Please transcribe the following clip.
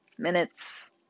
minutes